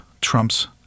trumps